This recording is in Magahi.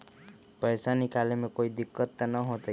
पैसा निकाले में कोई दिक्कत त न होतई?